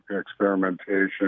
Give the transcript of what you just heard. experimentation